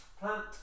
plant